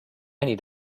need